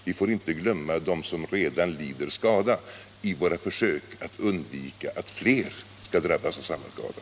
Vi får inte glömma dem som redan lidit skada, i våra försök att undvika att fler skall drabbas av samma skada.